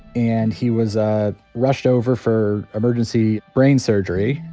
and he was ah rushed over for emergency brain surgery.